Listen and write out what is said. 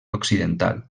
occidental